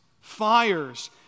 fires